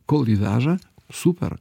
kol jį veža super